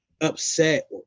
upset